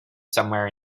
somewhere